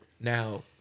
Now